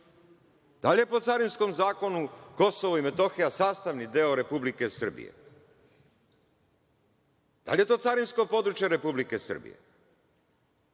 Da li je po Carinskom zakonu Kosovo i Metohija sastavni deo Republike Srbije? Da li je to carinsko područje Republike Srbije?